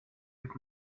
with